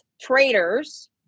traders